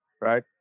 right